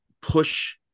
push